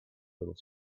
little